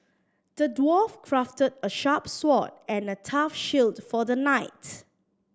the dwarf crafted a sharp sword and a tough shield for the knight